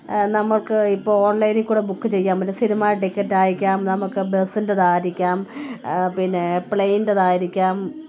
നമുക്ക് ഇപ്പോൾ ഓൺലൈനിൽ കൂടെ ബുക്ക് ചെയ്യാം പറ്റും സിനിമ ടിക്കറ്റ് അയക്കാം നമുക്ക് ബസ്സിൻ്റെതായിരിക്കാം പിന്നെ പ്ലെയിൻ്റെതായിരിക്കാം